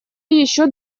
еще